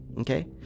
Okay